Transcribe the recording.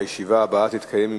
הישיבה הבאה תתקיים,